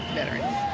veterans